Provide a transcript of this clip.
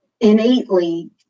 innately